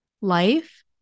life